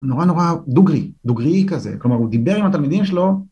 הוא נורא נורא דוגרי, דוגראי כזה, כלומר הוא דיבר עם התלמידים שלו